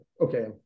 Okay